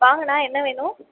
வாங்க அண்ணா என்ன வேணும்